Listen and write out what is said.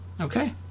Okay